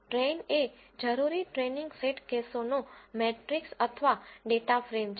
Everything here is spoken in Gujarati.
ટ્રેઈન એ જરૂરી ટ્રેનીંગ સેટ કેસોનો મેટ્રિક્સ અથવા ડેટા ફ્રેમ છે